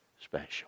special